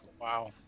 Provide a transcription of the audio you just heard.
Wow